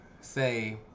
say